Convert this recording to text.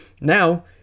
now